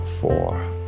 four